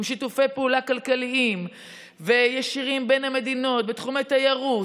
עם שיתופי פעולה כלכליים וישירים בין המדינות בתחום התיירות,